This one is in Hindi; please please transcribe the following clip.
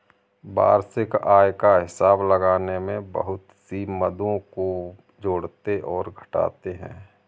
वार्षिक आय का हिसाब लगाने में बहुत सी मदों को जोड़ते और घटाते है